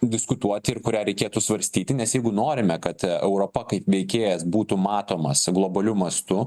diskutuoti ir kurią reikėtų svarstyti nes jeigu norime kad europa kaip veikėjas būtų matomas globaliu mastu